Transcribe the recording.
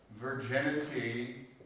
virginity